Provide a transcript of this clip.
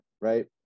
right